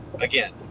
again